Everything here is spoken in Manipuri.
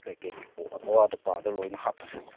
ꯀꯔꯤ ꯀꯔꯤ ꯑꯋꯥꯠ ꯑꯄꯥꯗꯨ ꯂꯣꯏꯅ ꯍꯥꯞꯄꯁꯦ